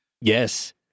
yes